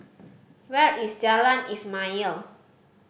where is Jalan Ismail